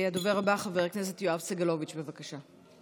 הדובר הבא, חבר הכנסת יואב סגלוביץ', בבקשה.